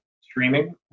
streaming